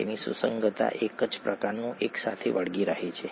તેથી સુસંગતતા એક જ પ્રકારનું એકસાથે વળગી રહે છે